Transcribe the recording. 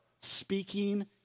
speaking